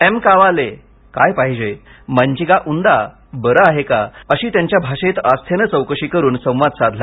aim कावाले काय पाहिजे मंचिगा उंदा बरं आहे का अशी त्यांच्या भाषेत आस्थेनं चौकशी करून संवाद साधला